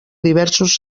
diversos